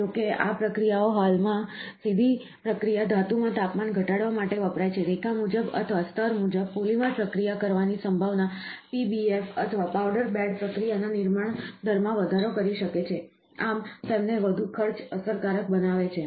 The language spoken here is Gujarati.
જોકે આ પ્રક્રિયાઓ હાલમાં સીધી પ્રક્રિયા ધાતુમાં તાપમાન ઘટાડવા માટે વપરાય છે રેખા મુજબ અથવા સ્તર મુજબ પોલિમર પ્રક્રિયા કરવાની સંભાવના PBF અથવા પાવડર બેડ પ્રક્રિયાના નિર્માણ દરમાં વધારો કરી શકે છે આમ તેમને વધુ ખર્ચ અસરકારક બનાવે છે